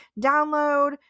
download